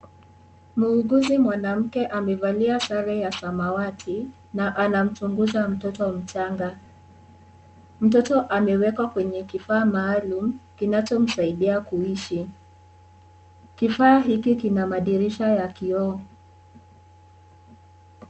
Muuguzi mwanamke amevalia sare ya samawati na anamchunguza mtoto mchanga. Mtoto amewekwa kwenye kifaa maalum kinachomsaidia kuishi. Kifaa hiki kina madirisha ya kioo.